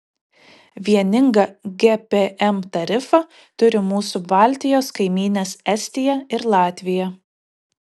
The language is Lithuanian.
vieningą gpm tarifą turi mūsų baltijos kaimynės estija ir latvija